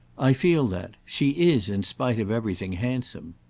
i feel that. she is, in spite of everything, handsome.